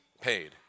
paid